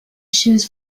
shoes